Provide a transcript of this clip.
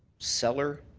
seller.